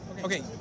Okay